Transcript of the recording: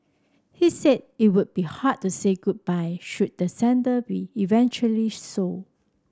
he said it would be hard to say goodbye should the centre be eventually sold